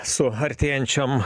su artėjančiom